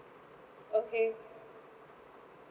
okay